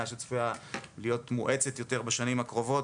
שצפויה להיות מואצת יותר בשנים הקרובות,